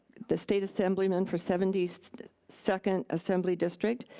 the state assemblyman for seventy second assembly district,